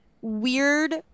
weird